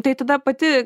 tai tada pati